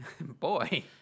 boy